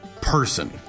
person